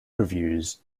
reviews